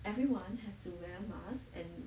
everyone has to wear mask and